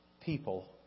people